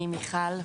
אני מיכל,